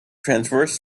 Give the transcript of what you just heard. transverse